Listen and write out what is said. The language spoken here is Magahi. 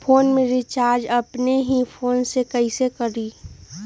फ़ोन में रिचार्ज अपने ही फ़ोन से कईसे करी?